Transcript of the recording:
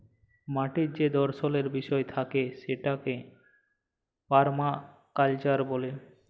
মাটির যে দর্শলের বিষয় থাকে সেটাকে পারমাকালচার ব্যলে